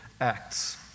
acts